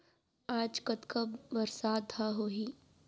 आज कतका बरसात ह होही?